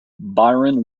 byron